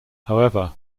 however